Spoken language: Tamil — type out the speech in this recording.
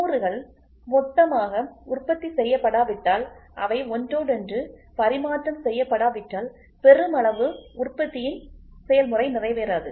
கூறுகள் மொத்தமாக உற்பத்தி செய்யப்படாவிட்டால் அவை ஒன்றோடொன்று பரிமாற்றம் செய்யப்படாவிட்டால் பெருமளவு உற்பத்தியின் செயல்முறை நிறைவேறாது